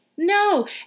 No